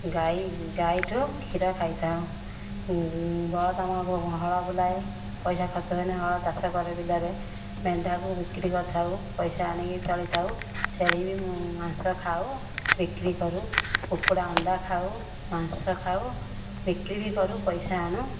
ଗାଈ ଗାଈଠୁ କ୍ଷୀର ଖାଇଥାଉ ବଳଦ ହଳ ବୁଲାଏ ପଇସା ଖର୍ଚ୍ଚ ହୁଏନା ହଳ ଚାଷ କରୁ ବିଲରେ ମେଣ୍ଢାକୁ ବିକ୍ରି କରିଥାଉ ପଇସା ଆଣିକି ଚଳିଥାଉ ଛେଳି ବି ମାଂସ ଖାଉ ବିକ୍ରି କରୁ କୁକୁଡ଼ା ଆଣ୍ଡା ଖାଉ ମାଂସ ଖାଉ ବିକ୍ରି ବି କରୁ ପଇସା ଆଣୁ